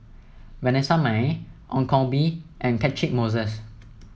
Vanessa Mae Ong Koh Bee and Catchick Moses